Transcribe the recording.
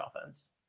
offense